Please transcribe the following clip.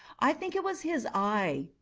i think it was his eye!